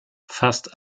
fast